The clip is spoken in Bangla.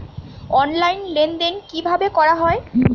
অনলাইন লেনদেন কিভাবে করা হয়?